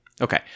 Okay